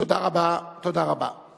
תודה רבה, תודה רבה.